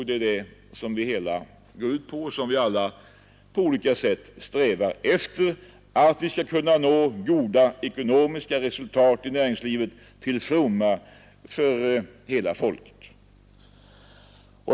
Vi strävar ju alla på olika sätt efter att nå goda ekonomiska resultat i näringslivet till fromma för hela folket.